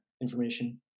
information